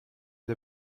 der